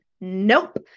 nope